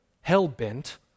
hell-bent